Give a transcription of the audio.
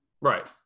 Right